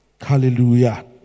Hallelujah